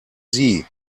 sie